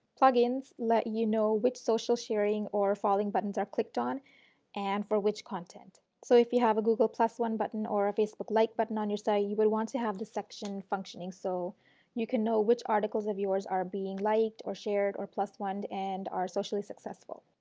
plugins let you know which social sharing or following buttons are clicked on and for which content. so if you have a google plus one button or a facebook like button on your site you would want to have this section functioning so you can know which articles of yours are being liked or shared or plus oned and are socially successful.